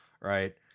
right